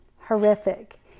horrific